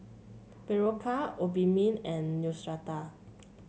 Berocca Obimin and Neostrata